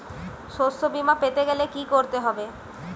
শষ্যবীমা পেতে গেলে কি করতে হবে?